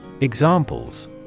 Examples